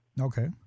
Okay